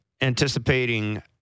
Anticipating